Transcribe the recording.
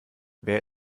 wer